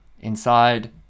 inside